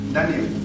Daniel